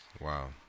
wow